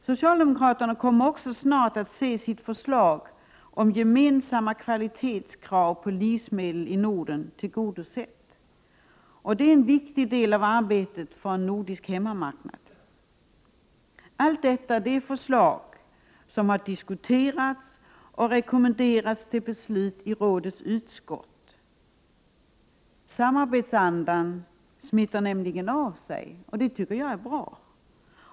Socialdemokraterna kommer också snart att se sitt förslag om gemensamma kvalitetskrav på livsmedel i Norden tillgodosett. Det är en viktig del av arbetet för en nordisk hemmamarknad. Allt detta är förslag som har diskuterats och rekommenderats till beslut i rådets utskott. Samarbetsandan smittar nämligen av sig. Det tycker jag är bra.